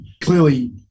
Clearly